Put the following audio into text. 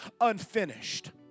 unfinished